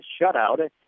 shutout